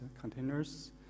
containers